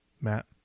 Matt